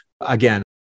again